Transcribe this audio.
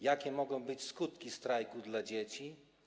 Jakie mogą być skutki strajku dla dzieci?